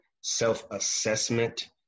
self-assessment